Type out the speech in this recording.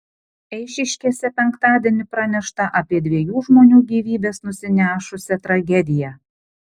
eišiškėse penktadienį pranešta apie dviejų žmonių gyvybes nusinešusią tragediją